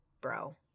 bro